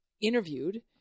interviewed